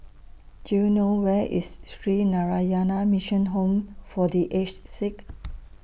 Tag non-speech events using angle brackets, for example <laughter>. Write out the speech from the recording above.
Do YOU know Where IS Sree Narayana Mission Home For The Aged Sick <noise>